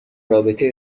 رابطه